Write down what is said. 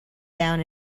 down